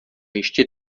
ještě